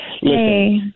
Hey